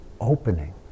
opening